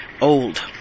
old